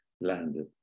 landed